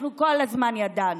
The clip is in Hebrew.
אנחנו כל הזמן ידענו.